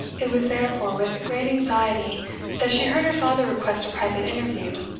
it was therefore with great anxiety that she heard her father request a private interview,